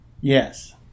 Yes